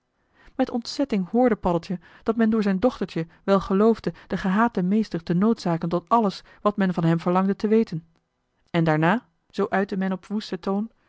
met ontzetting hoorde paddeltje dat men door zijn dochtertje wel geloofde den gehaten meester te noodjoh h been paddeltje de scheepsjongen van michiel de ruijter zaken tot alles wat men van hem verlangde te weten en daarna zoo uitte men op woesten toon